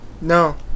No